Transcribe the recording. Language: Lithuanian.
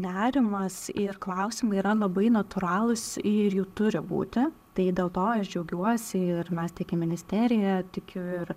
nerimas ir klausimai yra labai natūralūs ir jų turi būti tai dėl to aš džiaugiuosi ir mes tikim ministerija tikiu ir